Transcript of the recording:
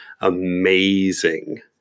amazing